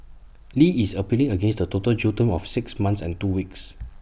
li is appealing against the total jail term of six months and two weeks